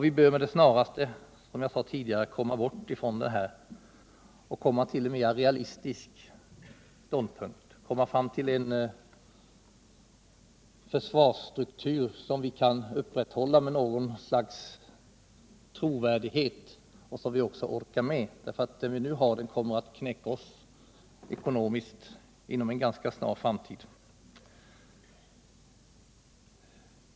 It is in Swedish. Vi bör, som jag tidigare sade, med det snaraste komma fram tillen mera realistisk ståndpunkt, en försvarsstruktur som vi kan upprätthålla med något slags trovärdighet och som vi orkar med. Den vi nu har kommer att knäcka oss ekonomiskt inom en ganska snar framtid.